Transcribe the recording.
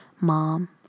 mom